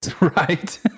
right